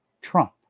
trump